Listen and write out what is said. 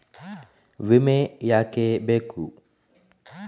ವಿಮೆ ಯಾಕೆ ಬೇಕು?